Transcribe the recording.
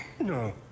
No